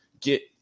get